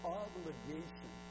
obligation